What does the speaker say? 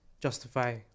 justify